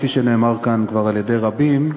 כפי שנאמר כאן כבר על-ידי רבים,